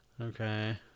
Okay